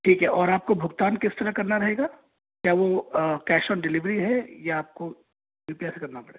ठीक है और आपको भुगतान किस तरह करना रहेगा क्या वो कैश ऑन डिलीवरी है या आपको यू पी आई से करना पड़ेगा